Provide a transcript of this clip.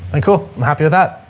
and cool. i'm happy with that.